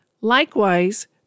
Likewise